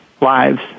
lives